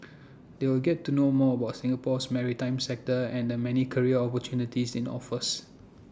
they'll get to know more about Singapore's maritime sector and the many career opportunities IT offers